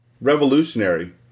revolutionary